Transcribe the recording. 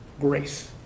grace